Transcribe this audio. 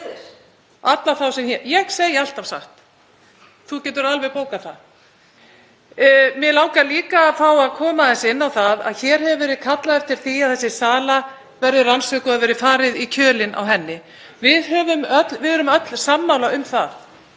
Sömuleiðis.) — ég segi alltaf satt. Þú getur alveg bókað það. Mig langar líka að fá að koma aðeins inn á það að hér hefur verið kallað eftir því að þessi sala verði rannsökuð og það verði farið í kjölinn á henni. Við erum öll sammála um það.